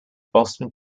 boston